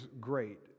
great